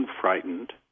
frightened